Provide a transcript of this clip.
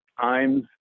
times